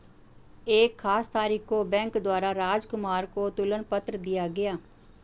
एक खास तारीख को बैंक द्वारा राजकुमार को तुलन पत्र दिया गया